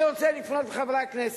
אני רוצה לפנות לחברי הכנסת.